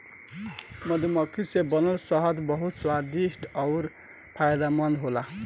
मधुमक्खी से बनल शहद बहुत स्वादिष्ट अउरी फायदामंद होला